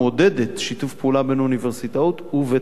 ומעודדת שיתוף פעולה בין האוניברסיטאות ובתוכן.